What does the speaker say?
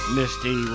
misty